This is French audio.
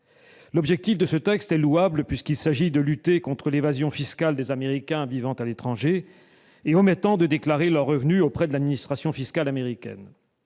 L'objectif de ce texte est louable puisqu'il s'agit de lutter contre l'évasion fiscale des Américains vivant à l'étranger et omettant de déclarer leurs revenus auprès de l'administration fiscale américaine.